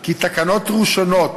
כי תקנות ראשונות